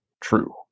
true